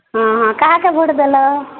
ହଁ ହଁ କାହାକେ ଭୋଟ୍ ଦେଲ